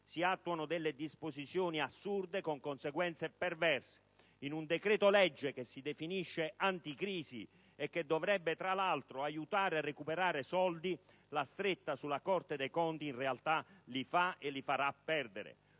si introducono delle disposizioni assurde con conseguenze perverse. In un decreto‑legge che si definisce anticrisi e che dovrebbe, tra l'altro, aiutare a recuperare soldi, la stretta sulla Corte dei conti in realtà li farà perdere.